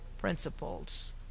principles